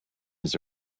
his